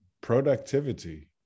productivity